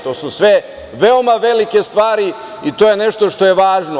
To su sve veoma velike stvari i to je nešto što je važno.